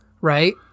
right